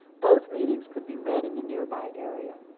both meanings could be read in the nearby area.